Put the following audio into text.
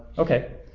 okay,